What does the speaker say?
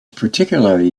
particularly